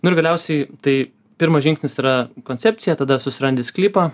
nu ir galiausiai tai pirmas žingsnis yra koncepcija tada susirandi sklypą